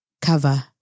cover